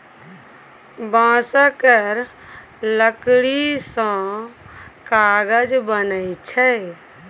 बांस केर लकड़ी सँ कागज बनइ छै